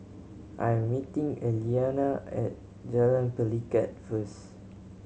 I am meeting Eliana at Jalan Pelikat first